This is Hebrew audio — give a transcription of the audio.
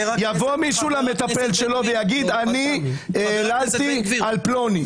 יבוא מישהו למטפל שלו ויגיד "אני העללתי על פלוני",